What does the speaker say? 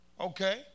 Okay